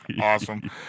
Awesome